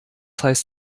heißt